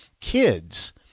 Kids